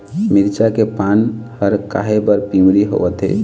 मिरचा के पान हर काहे बर पिवरी होवथे?